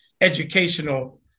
educational